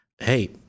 hey